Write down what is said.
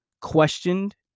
questioned